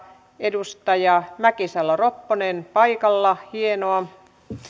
edustaja mäkisalo ropponen paikalla hienoa